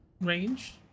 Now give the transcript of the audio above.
range